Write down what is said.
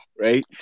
right